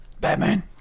Batman